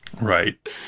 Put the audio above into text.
Right